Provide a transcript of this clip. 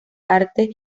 arte